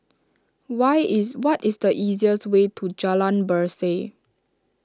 why is what is the easiest way to Jalan Berseh